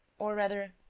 or rather.